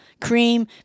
cream